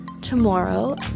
tomorrow